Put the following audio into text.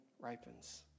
ripens